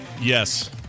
yes